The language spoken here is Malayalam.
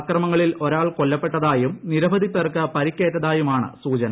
അക്രമങ്ങളിൽ ഒരാൾ കൊല്ലപ്പെട്ടതായും നിരവധി പേർക്ക് പരിക്കേറ്റതായുമാണ് സൂചന